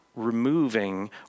removing